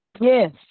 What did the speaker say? yes